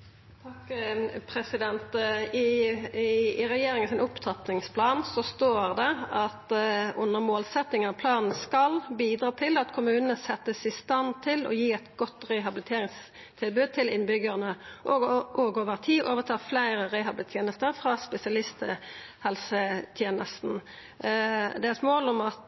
I opptrappingsplanen frå regjeringa står det under «Mål» at opptrappingsplanen «skal bidra til at kommunene settes i stand til å gi et godt tilrettelagt rehabiliteringstilbud for sine innbyggere og over tid overta et større rehabiliteringsansvar fra spesialisthelsetjenesten». Det står òg at